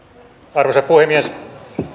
arvoisa puhemies